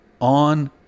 on